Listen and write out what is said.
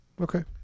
okay